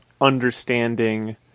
understanding